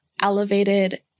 elevated